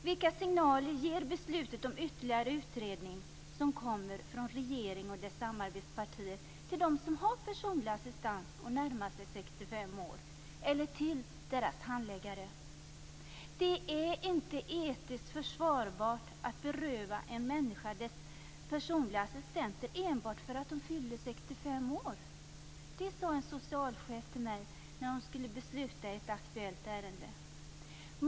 Vilka signaler ger beslutet om ytterligare utredning, som kommer från regeringen och dess samarbetspartier, till dem som har personlig assistans och närmar sig 65 år eller till deras handläggare? "Det är inte etiskt försvarbart att beröva en människa dess personliga assistenter enbart för att hon fyller 65", sa en socialchef till mig när hon skulle besluta i ett aktuellt ärende.